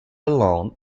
alone